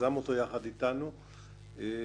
אין